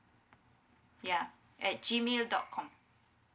yeah at G mail dot com